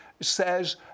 says